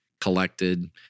collected